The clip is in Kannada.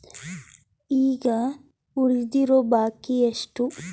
ಈಗ ಉಳಿದಿರೋ ಬಾಕಿ ಎಷ್ಟು?